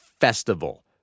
festival